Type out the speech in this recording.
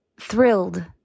thrilled